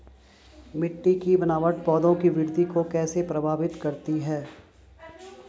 मिट्टी की बनावट पौधों की वृद्धि को कैसे प्रभावित करती है?